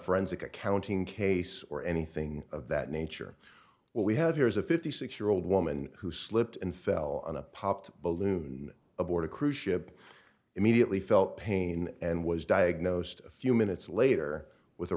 forensic accounting case or anything of that nature what we have here is a fifty six year old woman who slipped and fell on a popped balloon aboard a cruise ship immediately felt pain and was diagnosed a few minutes later with a